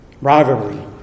Rivalry